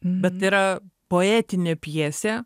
bet yra poetinė pjesė